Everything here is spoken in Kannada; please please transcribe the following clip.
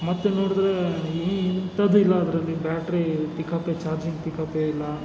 ಮತ್ತೆ ನೋಡಿದ್ರೆ ಈ ಎಂಥದು ಇಲ್ಲ ಅದರಲ್ಲಿ ಬ್ಯಾಟ್ರಿ ಪಿಕಪ್ಪೇ ಚಾರ್ಜಿಂಗ್ ಪಿಕಪ್ಪೇ ಇಲ್ಲ